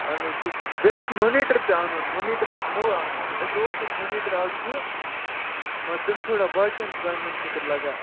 اَہَن حظ ٹھیٖک بیٚیہِ حظ چھِ مُنیٖٹَر تہِ اَنُن مُنیٖٹَر حظ چھِ نوٚو اَنُن اَسہِ اَسہِ اوس ییٚتہِ مُنیٖٹَر اَکھ زٕ مگر تِم چھِ تھوڑا باقِیَن کامٮ۪ن خٲطرٕ لگان